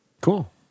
Cool